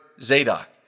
Zadok